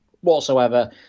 whatsoever